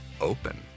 open